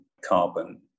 carbon